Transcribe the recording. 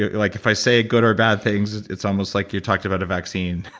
ah like if i say good or bad things, it's almost like you talked about a vaccine.